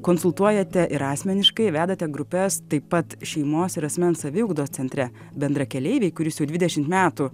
konsultuojate ir asmeniškai vedate grupes taip pat šeimos ir asmens saviugdos centre bendrakeleiviai kuris jau dvidešimt metų